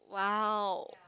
!wow!